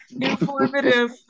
informative